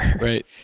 Right